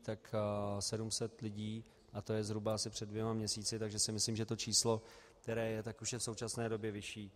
Tak 700 lidí, a to je zhruba asi před dvěma měsíci, takže si myslím, že číslo, které je, už je v současné době vyšší.